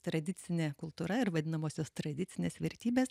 tradicinė kultūra ir vadinamosios tradicinės vertybės